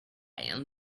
and